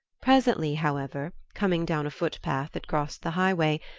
presently, however, coming down a foot-path that crossed the highway,